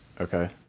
okay